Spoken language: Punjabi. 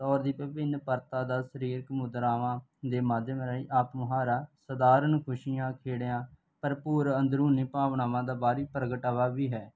ਤੌਰ ਦੀ ਵਿਭਿੰਨ ਪਰਤਾਂ ਦਾ ਸਰੀਰਕ ਮੁਦਰਾਵਾਂ ਦੇ ਮਾਧਿਅਮ ਰਾਹੀਂ ਆਪ ਮੁਹਾਰਾਂ ਸਾਧਾਰਨ ਖੁਸ਼ੀਆਂ ਖੇੜਿਆਂ ਭਰਪੂਰ ਅੰਦਰੂਨੀ ਭਾਵਨਾਵਾਂ ਦਾ ਬਾਹਰੀ ਪ੍ਰਗਟਾਵਾ ਵੀ ਹੈ